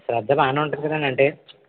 శ్రద్ధ బాగానే ఉంటుంది కదండి అంటే